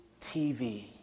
TV